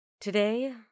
Today